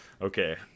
Okay